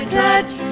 touch